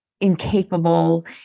incapable